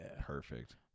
Perfect